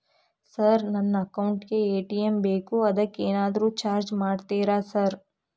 Sir ನನ್ನ account ಗೇ ATM ಬೇಕು ಅದಕ್ಕ ಏನಾದ್ರು ಚಾರ್ಜ್ ಮಾಡ್ತೇರಾ ಸರ್?